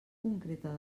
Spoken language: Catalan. concreta